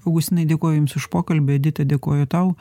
augustinai dėkoju jums už pokalbį edita dėkoju tau